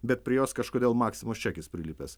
bet prie jos kažkodėl maksimos čekis prilipęs